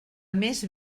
més